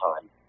time